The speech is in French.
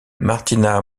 martina